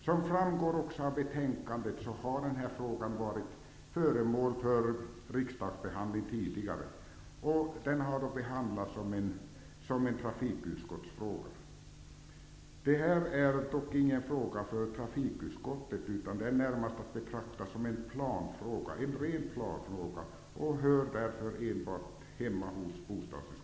Som framgår av betänkandet har denna fråga varit föremål för riksdagsbehandling tidigare, och den har då behandlats som en trafikfråga. Detta är dock ingen fråga för trafikutskottet, utan den är närmast att betrakta som en bred planfråga och hör därför hemma enbart hos bostadsutskottet.